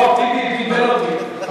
טיבי בלבל אותי.